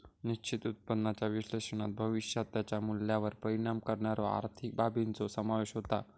निश्चित उत्पन्नाच्या विश्लेषणात भविष्यात त्याच्या मूल्यावर परिणाम करणाऱ्यो आर्थिक बाबींचो समावेश होता